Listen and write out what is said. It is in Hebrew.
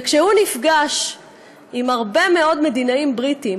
וכשהוא נפגש עם הרבה מאוד מדינאים בריטים,